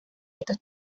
estos